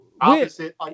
opposite